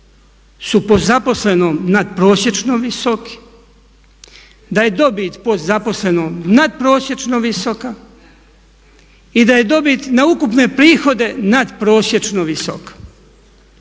su po zaposlenom nadprosječno visoki, da je dobit po zaposlenom nadprosječno visoka i da je dobit na ukupne prihode nadprosječno visoka.